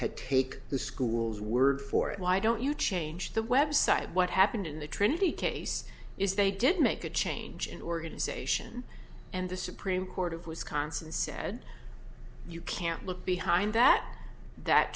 to take the schools word for it why don't you change the website what happened in the trinity case is they didn't make a change in organization and the supreme court of wisconsin said you can't look behind that that